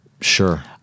Sure